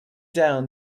down